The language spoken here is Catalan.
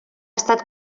estat